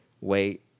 wait